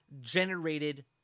generated